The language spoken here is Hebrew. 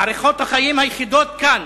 מערכות החיים היחידות כאן